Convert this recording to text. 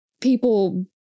people